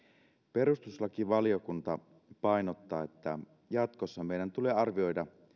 perustuslakivaliokunta painottaa että jatkossa meidän tulee arvioida